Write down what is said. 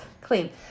clean